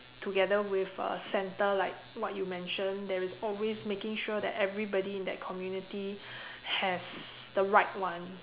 together with a centre like what you mention there's always making sure that everybody in that community has the right one